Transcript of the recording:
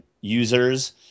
users